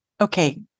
Okay